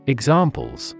Examples